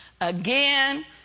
again